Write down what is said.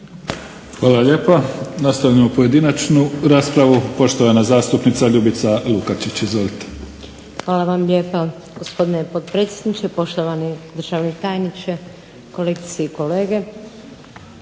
vam lijepa. Nastavljamo pojedinačnu raspravu, poštovana zastupnica Ljubica LUkačić. Izvolite. **Lukačić, Ljubica (HDZ)** Hvala vam lijepa gospodine potpredsjedniče, poštovani državni tajniče, kolegice i kolege.